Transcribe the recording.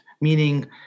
meaning